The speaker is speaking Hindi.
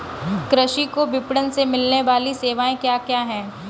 कृषि को विपणन से मिलने वाली सेवाएँ क्या क्या है